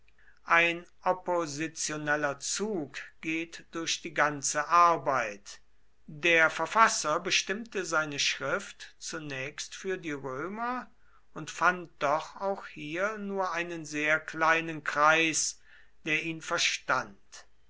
ein oppositioneller zug geht durch die ganze arbeit der verfasser bestimmte seine schrift zunächst für die römer und fand doch auch hier nur einen sehr kleinen kreis der ihn verstand